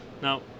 Now